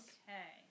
Okay